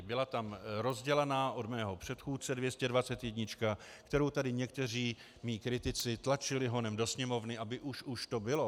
Byla tam rozdělaná od mého předchůdce dvěstědvacetjednička, kterou tady někteří mí kritici tlačili honem do Sněmovny, aby už už to bylo.